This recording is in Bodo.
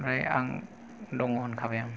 ओमफ्राय आं दङ होनखाबाय आं